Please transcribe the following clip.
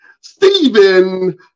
Stephen